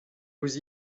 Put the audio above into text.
vous